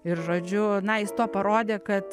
ir žodžiu na jis tuo parodė kad